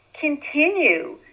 continue